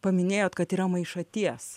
paminėjot kad yra maišaties